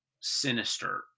sinister